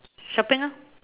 shopping orh